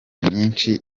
myishi